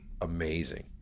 amazing